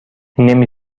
نمی